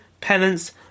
penance